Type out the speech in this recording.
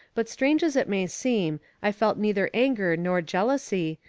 but strange as it may seem, i felt neither anger nor jealousy,